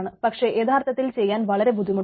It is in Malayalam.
പക്ഷേ യഥാർത്ഥത്തിൽ ചെയ്യാൻ വളരെ ബുദ്ധിമുട്ടാണ്